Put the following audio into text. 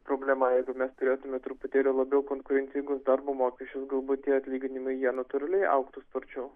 problema jeigu mes turėtumėme truputėlį labiau konkurencingus darbo mokesčius galbūt tie atlyginimai jie natūraliai augtų sparčiau